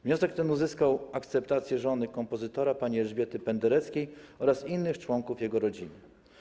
Wniosek ten uzyskał akceptację żony kompozytora pani Elżbiety Pendereckiej oraz innych członków jego rodziny.